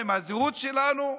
עם הזהות שלנו,